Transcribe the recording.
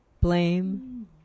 blame